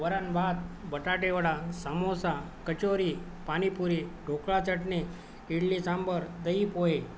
वरण भात बटाटेवडा सामोसा कचोरी पाणीपुरी ढोकळा चटणी इडली सांबर दही पोहे